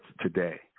today